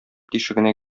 тишегенә